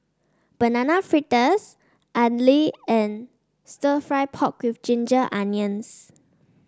Banana Fritters idly and stir fry pork with Ginger Onions